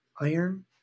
iron